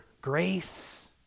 grace